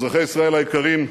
אזרחי ישראל היקרים,